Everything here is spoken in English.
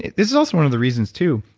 this is also one of the reasons, too.